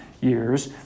years